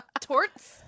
Torts